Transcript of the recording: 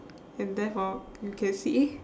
and therefore you can see eh